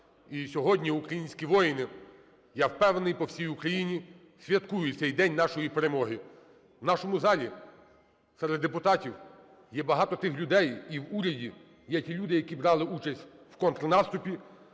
І сьогодні українські воїни, я впевнений, по всій Україні святкують цей день нашої перемоги. У нашому залі серед депутатів є багато тих людей, і в уряді є ті люди, які брали участь в контрнаступі.